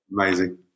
amazing